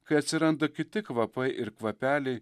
kai atsiranda kiti kvapai ir kvapeliai